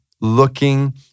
looking